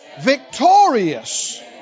victorious